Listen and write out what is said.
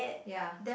ya